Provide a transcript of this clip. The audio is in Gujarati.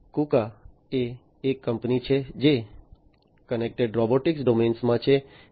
KUKA એ એક કંપની છે જે કનેક્ટેડ રોબોટિક્સ ડોમેનમાં છે